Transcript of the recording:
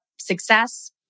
success